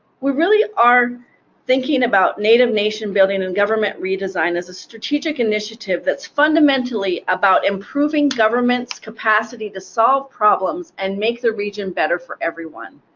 we really are thinking about native nation building and government redesign as a strategic initiative that's fundamentally about improving government's capacity to solve problems and make the region better for everyone.